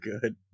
good